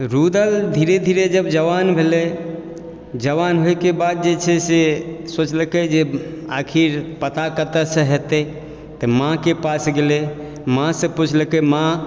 रुदल जब धीरे धीरे जवान भेलइ जवान होइके बाद जे छै से सोचलकै जे आखिर पता कतऽ से हेतै तऽ माँके पास गेलै माँ से पुछलकै माँ